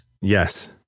Yes